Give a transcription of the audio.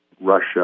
Russia